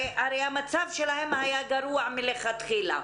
הרי המצב שלהם היה גרוע מלכתחילה.